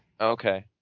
Okay